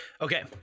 okay